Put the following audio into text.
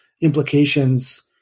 implications